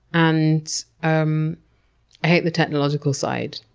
and um i hate the technological side,